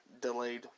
delayed